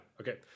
Okay